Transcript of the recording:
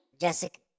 Jessica